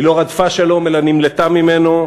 היא לא רדפה שלום אלא נמלטה ממנו,